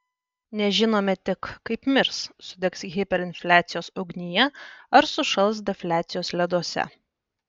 nežinome tik kaip mirs sudegs hiperinfliacijos ugnyje ar sušals defliacijos leduose